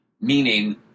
meaning